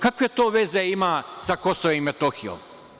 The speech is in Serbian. Kakve to veze ima sa Kosovom i Metohijom?